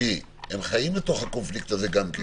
גם הם חיים בקונפליקט הזה.